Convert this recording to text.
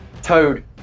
Toad